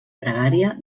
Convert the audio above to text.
pregària